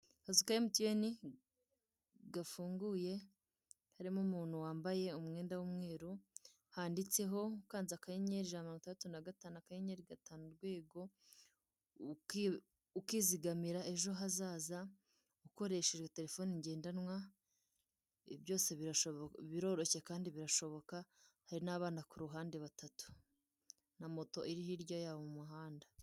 Akazu ka mtn gafunguye harimo umuntu wambaye umwenda w'umweru, handitseho ukanze akanyenyeri ijanatantatu na gatanu kanyeri i gatanu urwego ukizigamira ejo hazaza ukoresheje telefone ngendanwa byose biroroshye kandi birashoboka hari n'abana ku ruhande batatu na moto iri hirya yabo mu muhanda.